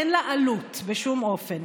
אין לה עלות בשום אופן.